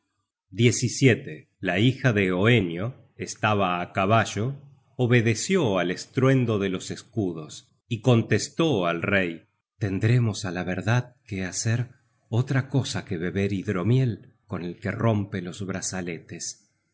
arcos la hija de hoenio obedeció al estruendo de los escudos y contestó al rey tendremos á la verdad que hacer otra cosa que beber hidromiel con el que rompe los brazaletes y